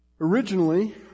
Originally